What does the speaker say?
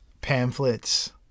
Pamphlets